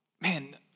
Man